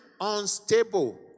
unstable